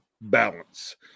balance